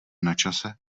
načase